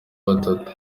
batatu